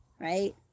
right